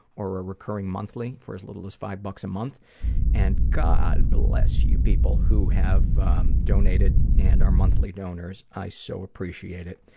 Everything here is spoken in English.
or a recurring monthly for as little as five bucks a month and god bless you people who have donated and are monthly donors. i so appreciate it.